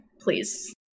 please